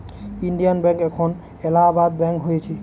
Indian bank এখন Allahabad bank হয়েছে